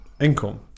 income